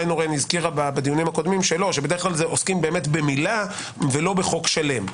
איינהורן הזכירה בדיונים הקודמים שעוסקים במילה ולא בחוק שלם.